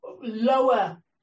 lower